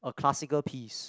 a classical piece